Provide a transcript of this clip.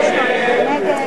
ההסתייגות של קבוצת סיעת חד"ש